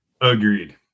agreed